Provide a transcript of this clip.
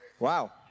Wow